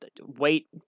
wait